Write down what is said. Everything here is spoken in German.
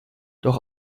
doch